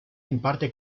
imparte